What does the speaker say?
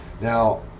Now